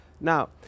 Now